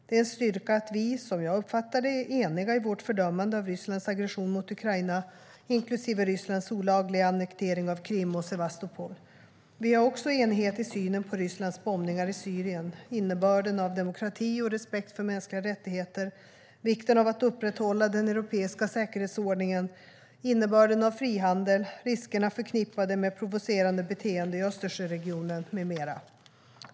Det är en styrka att vi, som jag uppfattar det, är eniga i vårt fördömande av Rysslands aggression mot Ukraina, inklusive Rysslands olagliga annektering av Krim och Sevastopol. Vi har också enighet i synen på Rysslands bombningar i Syrien, innebörden av demokrati och respekt för mänskliga rättigheter, vikten av att upprätthålla den europeiska säkerhetsordningen, innebörden av frihandel, riskerna förknippade med provocerande beteende i Östersjöregionen med mera.